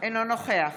אינו נוכח